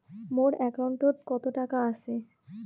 মোর একাউন্টত কত টাকা আছে?